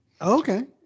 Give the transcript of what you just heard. Okay